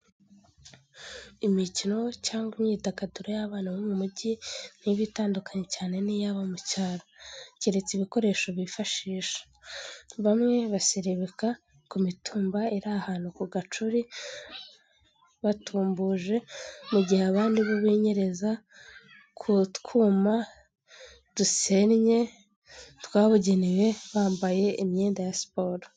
Imikino cyangwa imyidagaduro y'abana bo mu mujyi ntiba itandukanye cyane n'iy'abo mu cyaro, keretse ibikoresho bifashisha, bamwe baserebeka ku mitumba iri ahantu ku gacuri batumbuje, mu gihe abandi bo binyereza ku twuma dusennye twabugewe bambaye imyenda ya siporo.